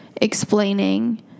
explaining